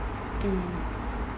mm